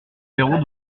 héros